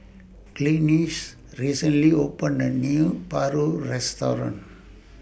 Glynis recently opened A New Paru Restaurant